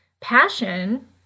passion